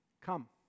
come